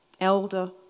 elder